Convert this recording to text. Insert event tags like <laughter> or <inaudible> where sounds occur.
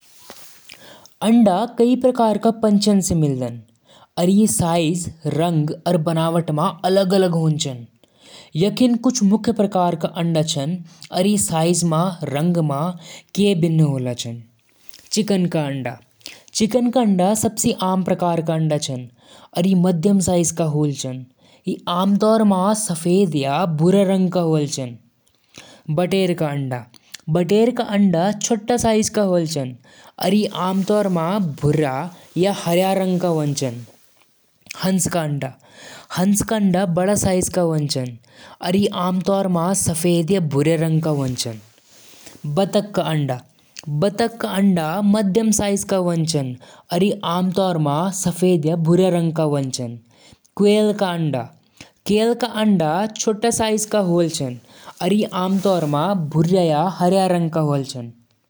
मछलियां आपस म शरीर क हरकत, रंग बदलण और कभी-कभी आवाज क माध्यम स बात करदन। मछलियां पंख क हलचल या तैराकी क <noise> तरीके स दूसर मछलियां क खतरा या खाना क बारे म जानकारी दिन। कुछ मछलियां पानी म केमिकल रिलीज करदन जौं स आपस म संदेश पहुंचदन। समुद्र म रहने वाली बड़ी मछलियां कंपन पैदा करदन, जौं दूसर मछलियां सुनक सतर्क होजां। यो तरीके उनक समूह म एकता बनाय रखदन और शिकार स बचदन।